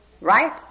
right